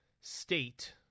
state